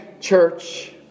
church